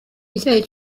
icyayi